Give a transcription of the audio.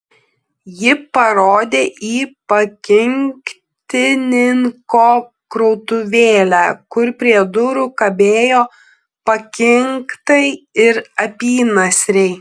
ji parodė į pakinktininko krautuvėlę kur prie durų kabėjo pakinktai ir apynasriai